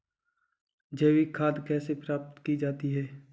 जैविक खाद कैसे प्राप्त की जाती है?